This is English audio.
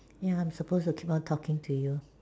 ya I'm supposed to keep on talking to you